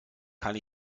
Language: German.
kann